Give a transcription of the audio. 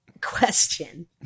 question